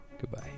Goodbye